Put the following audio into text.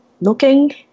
looking